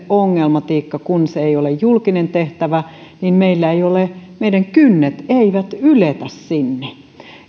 ongelmatiikka että kun se ei ole julkinen tehtävä niin meidän kyntemme eivät yletä sinne